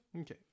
Okay